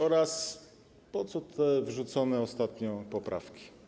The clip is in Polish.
Oraz po co te wrzucone ostatnio poprawki?